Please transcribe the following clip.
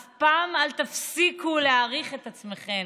אף פעם אל תפסיקו להעריך את עצמכן,